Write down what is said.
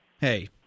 Hey